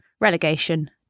relegation